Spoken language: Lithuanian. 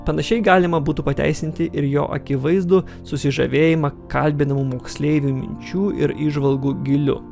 panašiai galima būtų pateisinti ir jo akivaizdų susižavėjimą kalbinamų moksleivių minčių ir įžvalgų gyliu